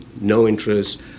no-interest